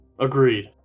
Agreed